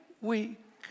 week